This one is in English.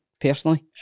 personally